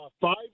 five